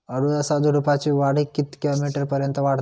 अडुळसा झुडूपाची वाढ कितक्या मीटर पर्यंत वाढता?